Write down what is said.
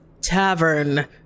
tavern